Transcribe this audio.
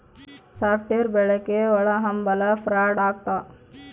soft wear ಬಳಕೆ ಒಳಹಂಭಲ fraud ಆಗ್ತವ